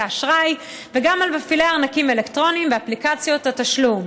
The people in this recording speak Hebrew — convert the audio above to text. אשראי וגם על מפעילי ארנקים אלקטרוניים ואפליקציות התשלום.